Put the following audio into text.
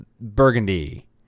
Burgundy